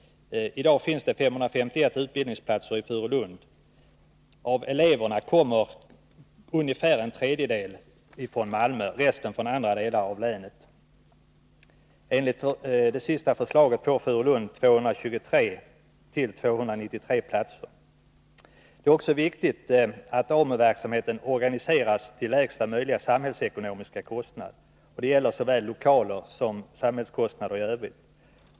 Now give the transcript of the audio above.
I dag finns det 551 utbildningsplatser i Furulund. Ungefär en tredjedel av eleverna kommer från Malmö, och resten från andra delar av länet. Enligt det senaste förslaget skall Furulund få 223-293 platser. Det är vidare viktigt att AMU-verksamheten organiseras så att den kan bedrivas till lägsta möjliga samhällsekonomiska kostnader. Det gäller såväl kostnaderna för lokaler som de samhälleliga kostnaderna i övrigt.